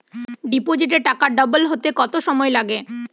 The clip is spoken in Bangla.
ডিপোজিটে টাকা ডবল হতে কত সময় লাগে?